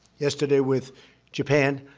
yesterday with japan.